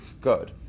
good